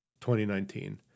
2019